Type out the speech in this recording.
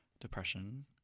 depression